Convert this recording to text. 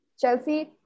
Chelsea